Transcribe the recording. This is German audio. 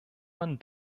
man